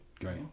Great